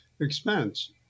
expense